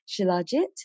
shilajit